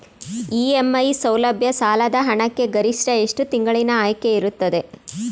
EMI ಸೌಲಭ್ಯ ಸಾಲದ ಹಣಕ್ಕೆ ಗರಿಷ್ಠ ಎಷ್ಟು ತಿಂಗಳಿನ ಆಯ್ಕೆ ಇರುತ್ತದೆ?